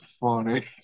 funny